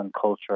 culture